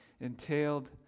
entailed